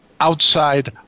outside